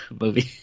movie